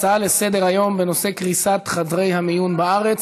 הצעה לסדר-היום בנושא קריסת חדרי המיון בארץ.